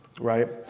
right